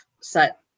set